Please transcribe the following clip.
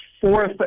fourth